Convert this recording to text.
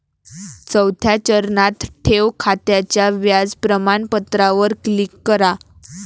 चौथ्या चरणात, ठेव खात्याच्या व्याज प्रमाणपत्रावर क्लिक करा